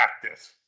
practice